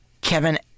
Kevin